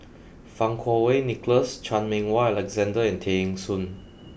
Fang Kuo Wei Nicholas Chan Meng Wah Alexander and Tay Eng Soon